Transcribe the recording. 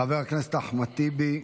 חבר הכנסת אחמד טיבי.